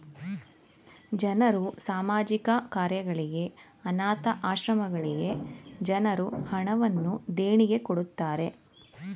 ಜನರು ಸಾಮಾಜಿಕ ಕಾರ್ಯಗಳಿಗೆ, ಅನಾಥ ಆಶ್ರಮಗಳಿಗೆ ಜನರು ಹಣವನ್ನು ದೇಣಿಗೆ ಕೊಡುತ್ತಾರೆ